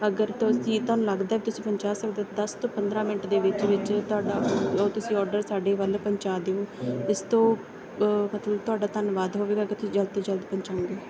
ਅਗਰ ਤੁਸੀਂ ਤੁਹਾਨੂੰ ਲੱਗਦਾ ਤੁਸੀਂ ਪਹੁੰਚਾ ਸਕਦੇ ਦੱਸ ਤੋਂ ਪੰਦਰਾਂ ਮਿੰਟ ਦੇ ਵਿੱਚ ਵਿੱਚ ਤੁਹਾਡਾ ਉਹ ਤੁਸੀਂ ਔਡਰ ਸਾਡੇ ਵੱਲ ਪਹੁੰਚਾ ਦਿਓ ਇਸ ਤੋਂ ਅ ਮਤਲਬ ਤੁਹਾਡਾ ਧੰਨਵਾਦ ਹੋਵੇਗਾ ਅਗਰ ਤੁਸੀਂ ਜਲਦ ਤੋਂ ਜਲਦ ਪਹੁੰਚਾਉਂਗੇ